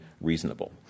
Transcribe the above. reasonable